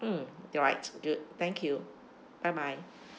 mm right good thank you bye bye